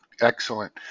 Excellent